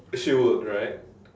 she would right